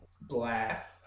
Black